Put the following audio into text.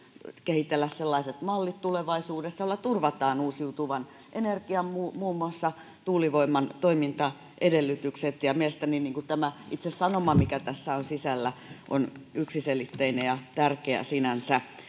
kehitellä sellaiset mallit tulevaisuudessa joilla turvataan uusiutuvan energian muun muassa tuulivoiman toimintaedellytykset ja mielestäni tämä itse sanoma mikä tässä on sisällä on yksiselitteinen ja tärkeä sinänsä